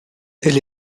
elle